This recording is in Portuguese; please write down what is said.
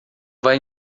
vai